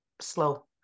slow